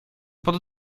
pod